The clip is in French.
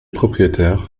propriétaire